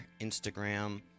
Instagram